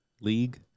league